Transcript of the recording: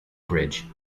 bridge